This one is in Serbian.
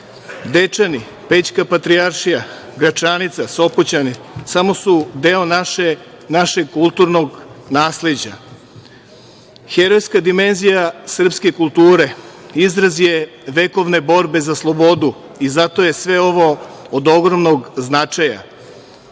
Dečani, Pećka patrijaršija, Gračanica, Sopoćani samo su deo našeg kulturnog nasleđa. Herojska dimenzija srpske kulture izraz je vekovne borbe za slobodu i zato je sve ovo od ogromnog značaja.Među